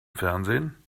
fernsehen